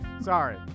Sorry